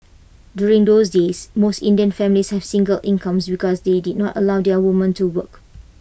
during those days most Indian families has single incomes because they did not allow their women to work